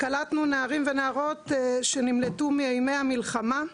קלטנו נערים ונערות שנמלטו מאימי המלחמה.